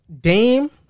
Dame